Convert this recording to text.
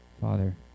Father